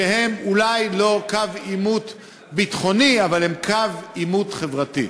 שהם אולי לא קו עימות ביטחוני אבל הם קו עימות חברתי.